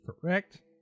correct